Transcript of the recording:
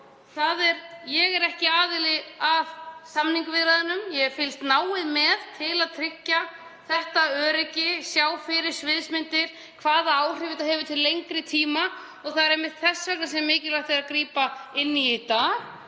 Ég er ekki aðili að samningaviðræðunum. Ég hef fylgst náið með til að tryggja þetta öryggi, sjá fyrir sviðsmyndir, sjá hvaða áhrif þetta hefur til lengri tíma og það er einmitt þess vegna sem mikilvægt er að grípa inn í dag.